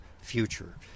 future